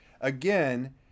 again